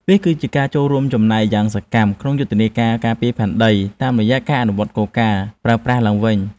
វាគឺជាការចូលរួមចំណែកយ៉ាងសកម្មក្នុងយុទ្ធនាការការពារផែនដី តាមរយៈការអនុវត្តគោលការណ៍ ប្រើប្រាស់ឡើងវិញ។